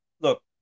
Look